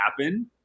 happen